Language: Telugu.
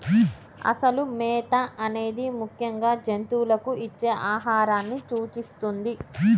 అసలు మేత అనేది ముఖ్యంగా జంతువులకు ఇచ్చే ఆహారాన్ని సూచిస్తుంది